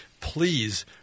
please